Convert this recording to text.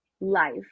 life